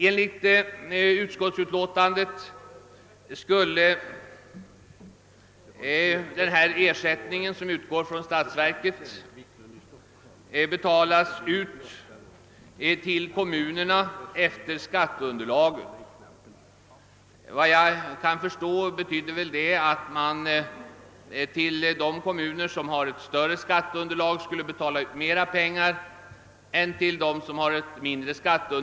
Enligt utskottet skulle ersättningen från statsverket betalas ut till kommunerna på basis av skatteunderlaget. Såvitt jag förstår betyder det att man till de kommuner som har ett större skatteunderlag skulle betala ut mera pengar än till dem som har ett mindre.